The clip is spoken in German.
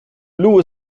lou